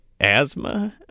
asthma